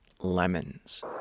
Lemons